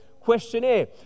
questionnaire